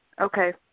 Okay